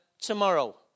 tomorrow